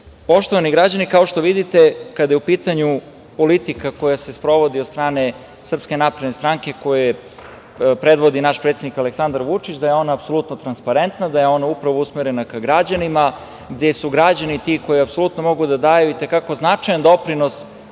unazad. Poštovani građani, kao što vidite kada je u pitanju politika koja se sprovodi od strane SNS, koji predvodi naš predsednik Aleksandar Vučić, da je on apsolutno transparentna, da je ona upravo usmerena ka građanima, gde su građani ti koji apsolutno mogu da daju i te kako značajan doprinos